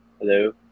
Hello